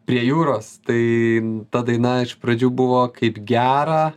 prie jūros tai ta daina iš pradžių buvo kaip gera